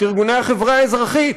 את ארגוני החברה האזרחית.